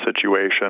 situation